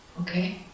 Okay